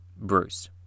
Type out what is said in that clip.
Bruce